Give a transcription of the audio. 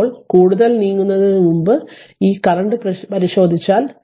ഇപ്പോൾ കൂടുതൽ നീങ്ങുന്നതിനുമുമ്പ് ഈ കറന്റ് പരിശോധിച്ചാൽ ഈ കറന്റ്